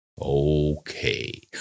Okay